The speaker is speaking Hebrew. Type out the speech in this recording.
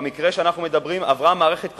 במקרה שאנחנו מדברים עברה מערכת בחירות: